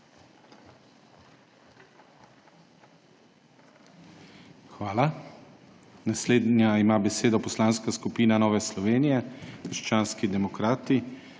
Hvala. Naslednja ima besedo Poslanska skupina Nova Slovenija – krščanski demokrati,